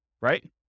right